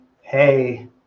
hey